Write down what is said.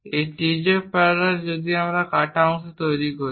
এই তির্যক প্যারালাল যদি আমরা একটি কাটা অংশ তৈরি করা হয়